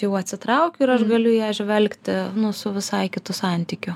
jau atsitraukiu ir aš galiu ją žvelgti su visai kitu santykiu